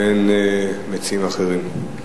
באין מציעים אחרים.